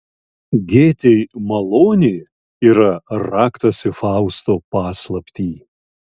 gėtei malonė yra raktas į fausto paslaptį